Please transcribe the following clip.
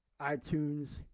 iTunes